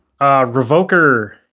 revoker